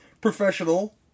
professional